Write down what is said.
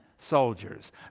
Soldiers